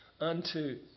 unto